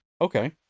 Okay